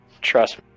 Trust